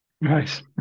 Nice